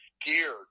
geared